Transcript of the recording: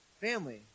Family